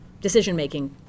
decision-making